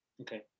okay